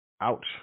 Ouch